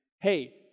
hey